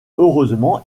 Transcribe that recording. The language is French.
heureusement